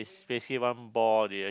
basically one ball they